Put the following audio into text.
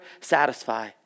satisfy